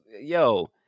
yo